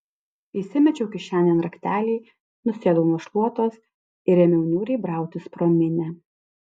įsimečiau kišenėn raktelį nusėdau nu šluotos ir ėmiau niūriai brautis pro minią